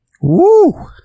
Woo